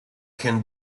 can